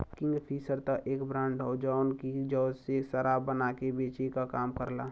Kingfisher त एक brand हौ जौन की जौ से शराब बना के बेचे क काम करला